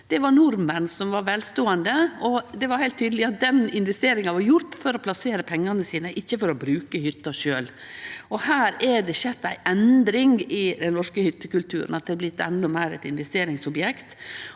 Det var nordmenn som var velståande, og det var heilt tydeleg at den investeringa var gjort for å plassera pengane sine, ikkje for å bruke hytta sjølv. Her har det skjedd ei endring i den norske hyttekulturen, det har blitt endå meir eit investeringsobjekt.